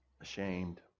Ashamed